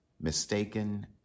mistaken